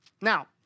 Now